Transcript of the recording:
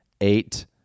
Eight